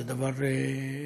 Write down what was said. זה דבר לגיטימי,